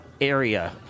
area